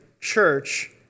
church